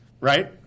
right